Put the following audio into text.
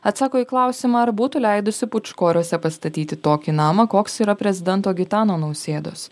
atsako į klausimą ar būtų leidusi pūčkoriuose pastatyti tokį namą koks yra prezidento gitano nausėdos